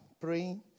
praying